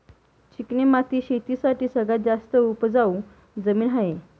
चिकणी माती शेती साठी सगळ्यात जास्त उपजाऊ जमीन आहे